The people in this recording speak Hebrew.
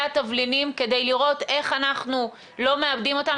התבלינים כדי לראות איך אנחנו לא מאבדים אותם,